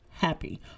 Happy